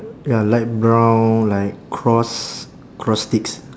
ya light brown like cross cross sticks